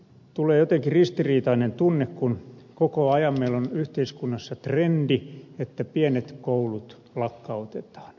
tulee jotenkin ristiriitainen tunne kun koko ajan meillä on yhteiskunnassa trendi että pienet koulut lakkautetaan